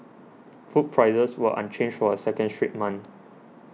food prices were unchanged for a second straight month